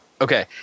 Okay